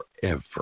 forever